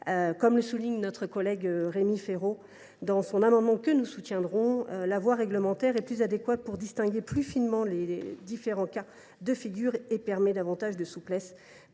Comme le souligne notre collègue Rémi Féraud dans son amendement n° 1 – un amendement que nous soutiendrons –, la voie réglementaire est plus adéquate pour distinguer plus finement les différents cas de figure et permet davantage de souplesse